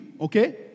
Okay